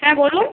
হ্যাঁ বলুন